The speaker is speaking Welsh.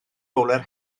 fowler